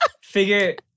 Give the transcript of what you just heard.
Figure